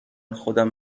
خودم